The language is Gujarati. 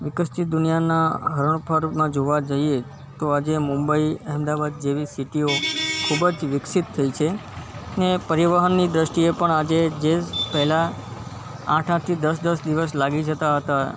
વિકસતી દુનિયાનાં હરણફાળમાં જોવા જઈએ તો આજે મુંબઈ અહમદાવાદ જેવી સિટીઓ ખૂબ જ વિકસિત થઈ છે ને પરિવહનની દૃષ્ટિએ પણ આજે જે પહેલાં આઠ આઠ થી દસ દસ દિવસ લાગી જતા હતા